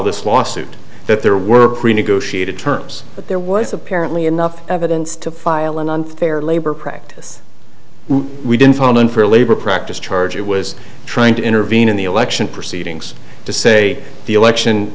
this lawsuit that there were renegotiated terms but there was apparently enough evidence to file an unfair labor practice we didn't fall unfair labor practice charge it was trying to intervene in the election proceedings to say the election